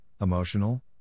emotional